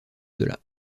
delà